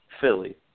Philly